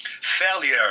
failure